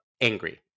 angry